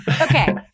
Okay